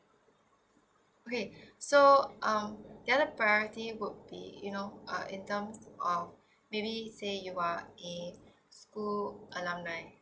okay so um the other priority would be you know uh in term of maybe say you are an school alumni